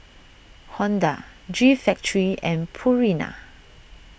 Honda G Factory and Purina